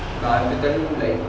but I have to tell him like